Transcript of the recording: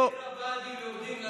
לא, לרדת לעיר הבה"דים, יורדים לנגב.